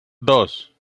dos